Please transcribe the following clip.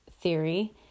theory